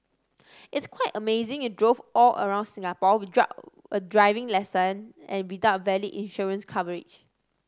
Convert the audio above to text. it's quite amazing you drove all around Singapore without a driving licence and without valid insurance coverage